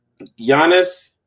Giannis